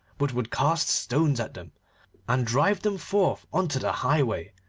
but would cast stones at them and drive them forth on to the highway,